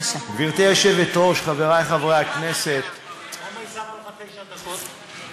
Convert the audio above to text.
למה היא שמה על תשע דקות?